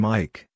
Mike